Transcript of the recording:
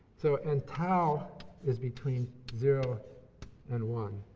so and tau is between zero and one.